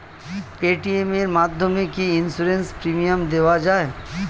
Paytm এর মাধ্যমে কি ইন্সুরেন্স প্রিমিয়াম দেওয়া যায়?